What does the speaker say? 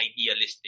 idealistic